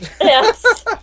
Yes